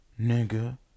nigga